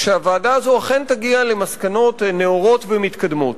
שהוועדה הזאת אכן תגיע למסקנות נאורות ומתקדמות.